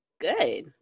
good